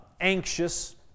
anxious